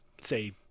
say